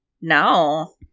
No